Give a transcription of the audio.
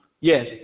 Yes